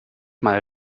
mal